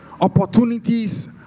Opportunities